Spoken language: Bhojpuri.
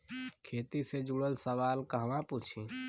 खेती से जुड़ल सवाल कहवा पूछी?